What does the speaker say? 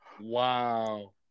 Wow